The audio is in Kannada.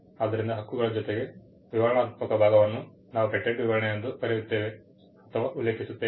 ಆದ್ದರಿಂದ ಹಕ್ಕುಗಳ ಜೊತೆಗೆ ವಿವರಣಾತ್ಮಕ ಭಾಗವನ್ನು ನಾವು ಪೇಟೆಂಟ್ ವಿವರಣೆಯೆಂದು ಕರೆಯುತ್ತೇವೆ ಅಥವಾ ಉಲ್ಲೇಖಿಸುತ್ತೇವೆ